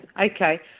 okay